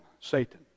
Satan